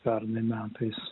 pernai metais